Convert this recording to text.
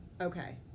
Okay